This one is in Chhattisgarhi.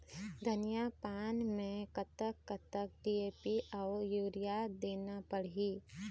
धनिया पान मे कतक कतक डी.ए.पी अऊ यूरिया देना पड़ही?